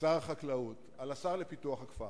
שר החקלאות, על השר לפיתוח הכפר.